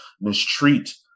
mistreat